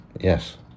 yes